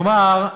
כלומר,